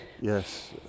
yes